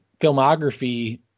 filmography